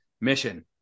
mission